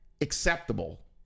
acceptable